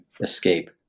escape